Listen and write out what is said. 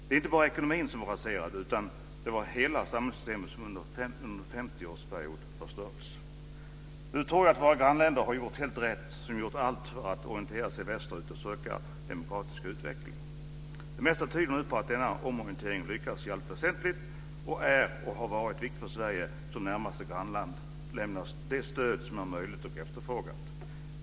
Det var inte bara ekonomin som var raserad utan hela samhällssystemet hade förstörts under en 50-årsperiod. Nu tror jag att våra grannländer har gjort helt rätt. De har gjort allt för att orientera sig västerut och söka en demokratisk utveckling. Det mesta tyder nu på att denna omorientering lyckas i allt väsentligt. Det är och har varit viktigt att Sverige som närmaste grannland lämnar det stöd som är möjligt och efterfrågat.